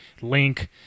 Link